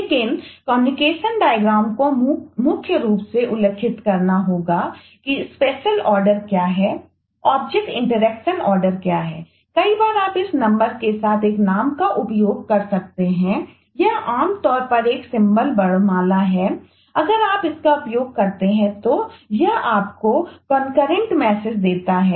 लेकिन communication diagram को मुख्य रूप से उल्लिखित करना होगा कि स्पेशल आर्डर में हो रहा है